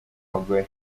bagore